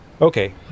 Okay